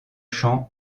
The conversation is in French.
champ